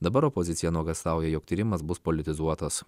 dabar opozicija nuogąstauja jog tyrimas bus politizuotas